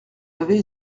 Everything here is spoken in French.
avait